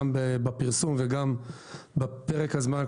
גם בפרסום וגם בפרק הזמן,